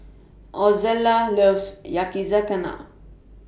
Ozella loves Yakizakana